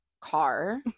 car